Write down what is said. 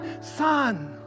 Son